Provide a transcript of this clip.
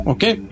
Okay